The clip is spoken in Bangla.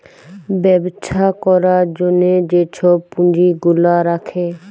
ব্যবছা ক্যরার জ্যনহে যে ছব পুঁজি গুলা রাখে